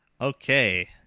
Okay